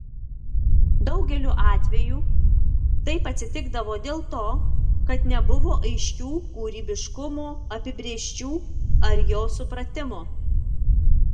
daugeliu atveju taip atsitikdavo dėl to kad nebuvo aiškių kūrybiškumo apibrėžčių ar jo supratimo